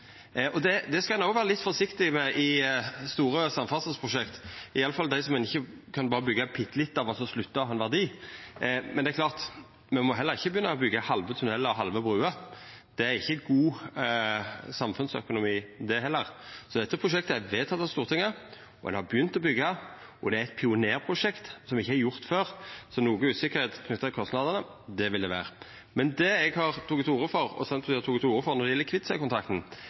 Det skal ein vera litt forsiktig med i store samferdselsprosjekt, iallfall dei ein ikkje kan byggja berre bitte litt av, så slutta og ha ein verdi, men det er klart at me må heller ikkje begynna å byggja halve tunnelar og halve bruer. Det er ikkje god samfunnsøkonomi det heller. Dette prosjektet er vedteke av Stortinget, ein har begynt å byggja. Det er eit pionerprosjekt, det er ikkje gjort før, så noko usikkerheit knytt til kostnadane vil det vera. Det Senterpartiet og eg har teke til orde for når det gjeld Kvitsøy-kontrakten, er at ein skal gå vidare og